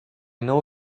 know